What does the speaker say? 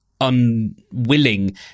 unwilling